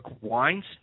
Wines